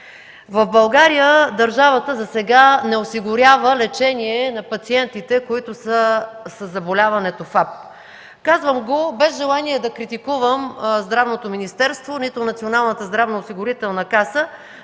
В България държавата засега не осигурява лечение на пациентите, които са със заболяването ФАП. Казвам го, без желание да критикувам Здравното министерство, нито Националната здравноосигурителна каса,